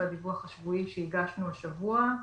בדיווח השבועי שהגשנו השבוע,